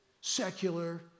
secular